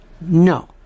No